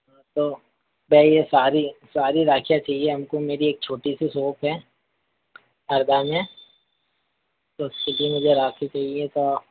हाँ तो मैं ये सारी सारी राखियाँ चाहिए हमको मेरी एक छोटी सी सोप है हरदा में तो सिधी मुझे राखी चाहिए तो